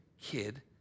kid